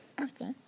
Okay